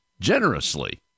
generously